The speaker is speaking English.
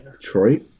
Detroit